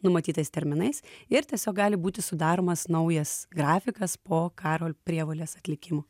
numatytais terminais ir tiesiog gali būti sudaromas naujas grafikas po karo prievolės atlikimo